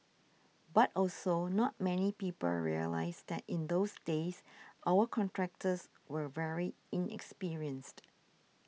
but also not many people realise that in those days our contractors were very inexperienced